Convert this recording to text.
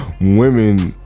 women